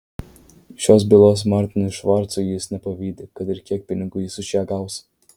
šios bylos martinui švarcui jis nepavydi kad ir kiek pinigų jis už ją gaus